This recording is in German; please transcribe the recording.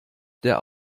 der